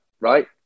right